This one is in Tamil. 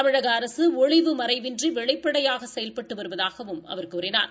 தமிழக அரசு ஒளிவுமறைவின்றி வெளிப்படையாக செயல்பட்டு வருவதாகவும் அவர் கூறினார்